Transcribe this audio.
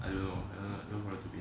I don't know I don't know two P_M